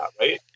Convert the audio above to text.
right